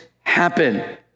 happen